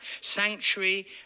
sanctuary